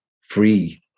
free